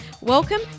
Welcome